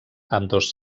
ambdós